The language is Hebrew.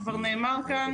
כבר נאמר כאן,